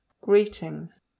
Greetings